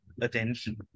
attention